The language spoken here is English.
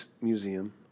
museum